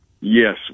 yes